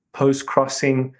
postcrossing,